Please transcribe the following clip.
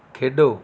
ਖੇਡੋ